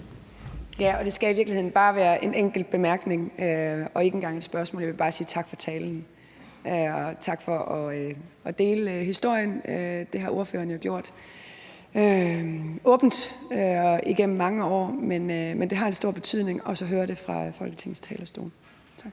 Ja, og det skal i virkeligheden også bare være en enkelt bemærkning og ikke et spørgsmål. Jeg vil bare sige tak for talen og tak for at dele historien. Det har ordføreren jo gjort åbent igennem mange år, men det har en stor betydning også at høre det fra Folketingets talerstol. Tak.